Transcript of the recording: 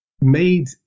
made